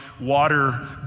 water